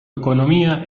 economía